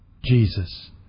Jesus